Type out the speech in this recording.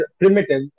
primitive